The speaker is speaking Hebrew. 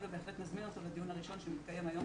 ובהחלט נזמין אותו לדיון הראשון שמתקיים היום.